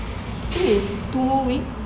serious two more weeks